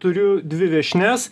turiu dvi viešnias